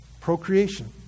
procreation